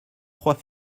trois